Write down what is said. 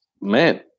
man